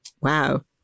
wow